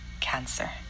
Cancer